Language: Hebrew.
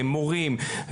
מורים,